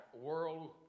world